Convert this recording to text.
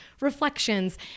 reflections